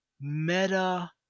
meta